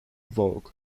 vogue